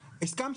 לרשות.